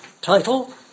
title